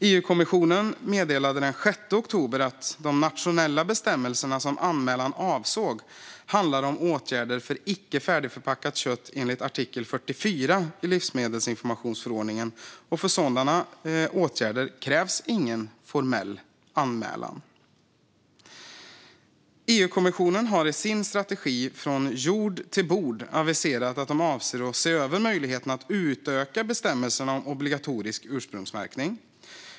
EU-kommissionen meddelade den 6 oktober att de nationella bestämmelser som anmälan avsåg handlade om åtgärder för icke färdigförpackat kött enligt artikel 44 i livsmedelsinformationsförordningen. För sådana åtgärder krävs ingen formell anmälan. EU-kommissionen har i sin strategi från jord till bord aviserat att den avser att se över möjligheten att utöka bestämmelserna om obligatorisk ursprungsmärkning.